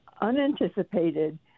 unanticipated